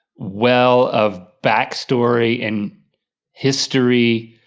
well of backstory and history,